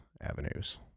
avenues